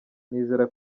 nizera